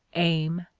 aim,